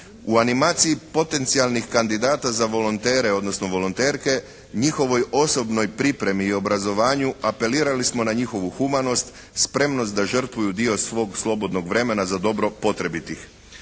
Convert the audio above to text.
U animaciji potencijalnih kandidata za volontere odnosno volonterke njihovoj osobnoj pripremi i obrazovanju apelirali smo na njihovu humanost, spremnost da žrtvuju dio svog slobodnog vremena za dobro potrebitih.